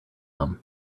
them